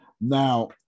Now